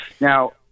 Now